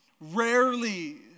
rarely